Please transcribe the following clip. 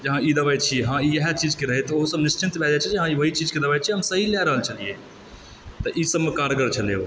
जऽ हँ ई दवाई छी हँ इएह चीजकऽ रहै तऽ ओसभ निश्चिन्त भऽ जाइत छै हँ ई ओहि चीजकऽ दबाइ छी हम सही लऽ रहल छेलियै तऽ ईसभमऽ कारगर छलह ओ